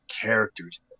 characters